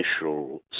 initial